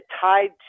tied